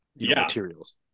materials